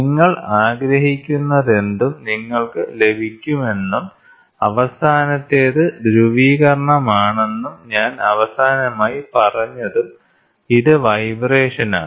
നിങ്ങൾ ആഗ്രഹിക്കുന്നതെന്തും നിങ്ങൾക്ക് ലഭിക്കുമെന്നും അവസാനത്തേത് ധ്രുവീകരണമാണെന്നും ഞാൻ അവസാനമായി പറഞ്ഞതും ഇത് വൈബ്രേഷനാണ്